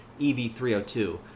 EV302